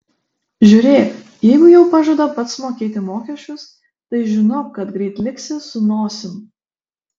žiūrėk jeigu jau pažada pats mokėti mokesčius tai žinok kad greit liksi su nosim